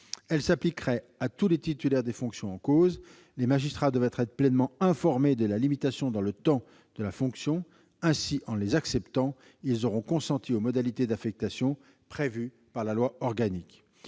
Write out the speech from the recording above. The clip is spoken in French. Elles s'appliqueraient à tous les titulaires des fonctions en cause. Les magistrats devront être pleinement informés de la limitation dans le temps de la fonction. Ainsi, en acceptant ces règles, ils auront consenti aux modalités d'affectation prévues par la loi organique.